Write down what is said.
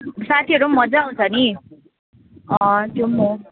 साथीहरू मजा आउँछ पनि त्यो पनि हो